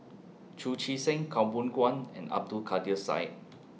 Chu Chee Seng Khaw Boon Wan and Abdul Kadir Syed